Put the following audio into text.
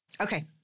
Okay